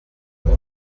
icyo